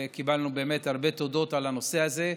וקיבלנו באמת הרבה תודות על הנושא הזה.